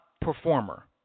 performer